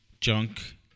junk